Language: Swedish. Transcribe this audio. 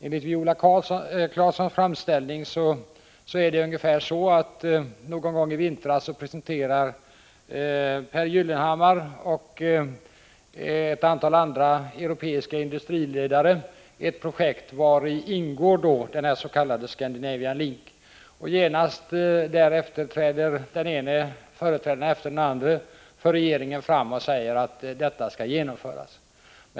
Enligt Viola Claessons framställning är det ungefär så att någon gång i vintras presenterar Pehr Gyllenhammar och ett antal andra europeiska industriledare ett projekt. I detta ingår den s.k. Scandinavian Link. Genast därefter träder den ena representanten för regeringen efter den andra fram och säger att detta skall genomföras.